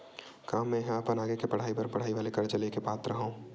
का मेंहा अपन आगे के पढई बर पढई वाले कर्जा ले के पात्र हव?